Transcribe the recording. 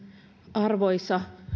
arvoisa